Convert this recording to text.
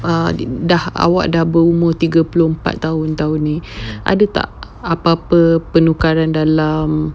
um dah awak dah berumur tiga puluh empat tahun tahun ini ada tak apa-apa penukaran dalam